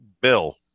bill